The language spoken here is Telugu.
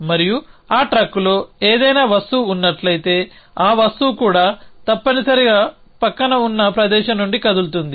మరియు ఆ ట్రక్కులో ఏదైనా వస్తువు ఉన్నట్లయితే ఆ వస్తువు కూడా తప్పనిసరిగా పక్కన ఉన్న ప్రదేశం నుండి కదులుతుంది